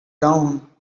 down